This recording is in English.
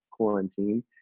quarantine